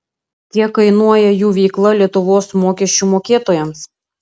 kiek kainuoja jų veikla lietuvos mokesčių mokėtojams